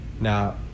Now